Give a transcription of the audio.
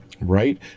Right